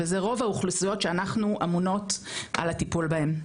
וזה רוב האוכלוסיות שאנחנו אמונות על הטיפול בהם.